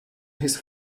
his